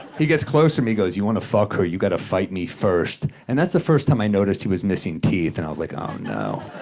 he gets close to me, goes, you want to her, you gotta fight me first. and that's the first time i noticed he was missing teeth, and i was like, oh, no.